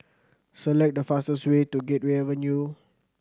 select the fastest way to Gateway Avenue